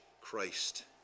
Christ